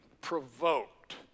provoked